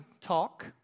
talk